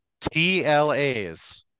TLAs